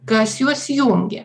kas juos jungia